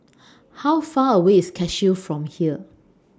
How Far away IS Cashew from here